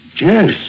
Yes